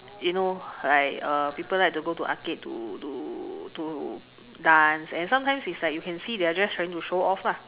you know like uh people like to go to arcade to to to dance and sometimes is like you can see they're just trying to show off lah